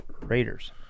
Raiders